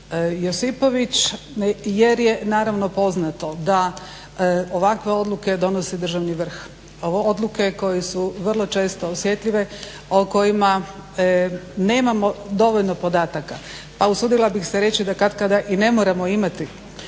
Jer je naravno poznato da ovakve odluke donosi državni vrh. Ove odluke koje su vrlo često osjetljive, o kojima nemamo dovoljno podataka, pa usudila bih se reći da katkada i ne moramo imati